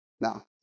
now